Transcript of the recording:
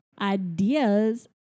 Ideas